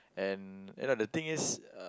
and you know the thing is